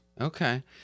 Okay